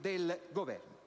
del Governo.